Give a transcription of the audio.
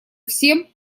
всем